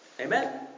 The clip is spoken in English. Amen